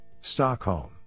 Stockholm